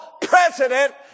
president